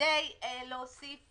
כדי להוסיף